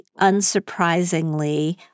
unsurprisingly